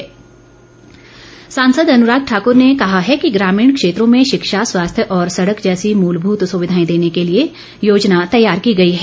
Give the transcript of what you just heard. अन्राग ठाक्र सांसद अनुराग ठाकुर ने कहा है कि ग्रामीण क्षेत्रों में शिक्षा स्वास्थ्य और सड़क जैसी मूलभूत सुविधाएं देने के लिए योजना तैयार की गई हैं